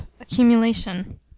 accumulation